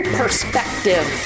perspective